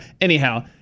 anyhow